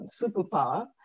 superpower